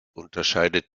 unterscheidet